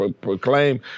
proclaim